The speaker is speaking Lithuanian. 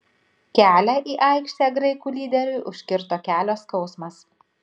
kelią į aikštę graikų lyderiui užkirto kelio skausmas